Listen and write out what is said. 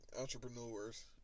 entrepreneurs